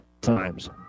times